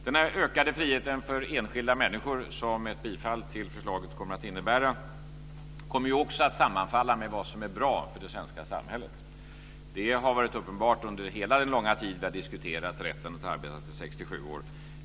Denna ökade frihet för enskilda människor, som ett bifall till förslaget kommer att innebära, kommer också att sammanfalla med vad som är bra för det svenska samhället. Det har varit uppenbart under hela den långa tid som vi har diskuterat rätten att arbeta till 67 år.